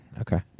Okay